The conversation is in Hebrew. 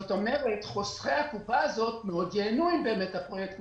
אולי חוסכי הקופה הזאת מאוד ייהנו אם באמת הפרויקט מוצלח,